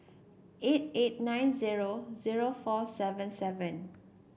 eight eight nine zero zero four seven seven